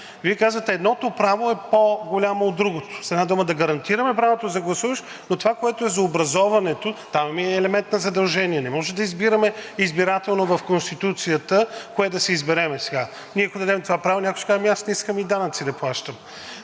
Вие казвате едно право е по-голямо от другото, с една дума, да гарантираме правото да гласуваш, но това, което е за образоването, там е и елемент на задължение. Не може да избираме избирателно в Конституцията кое да си изберем. Ние ако дадем това право, някой ще каже – ами аз не искам и данъци да плащам.